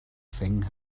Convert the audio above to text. thing